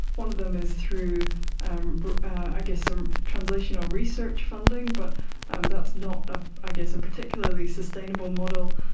one of them is through um i guess some translational research funding, but um that's not ah i guess a particularly sustainable model,